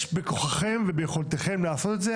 יש בכוחכם וביכולתכם לעשות את זה,